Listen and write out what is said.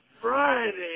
Friday